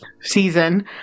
season